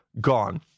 Gone